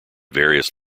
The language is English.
various